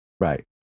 Right